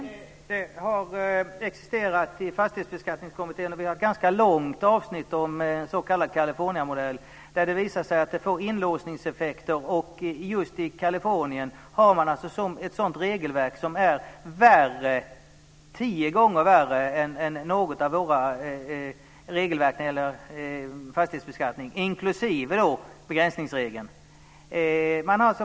Fru talman! De har existerat i Fastighetsbeskattningskommittén. Det finns ett ganska långt avsnitt om en s.k. Kaliforniamodell. Den har visat sig få inlåsningseffekter. I just Kalifornien finns det ett sådant regelverk som är tio gånger värre än något av våra regelverk i fråga om fastighetsbeskattning, inklusive begränsningsregeln.